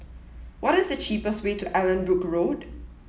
what is the cheapest way to Allanbrooke Road